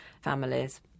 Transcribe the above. families